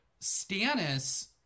Stannis